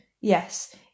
yes